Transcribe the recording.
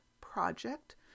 project